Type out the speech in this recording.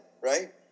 right